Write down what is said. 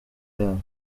yabo